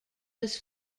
was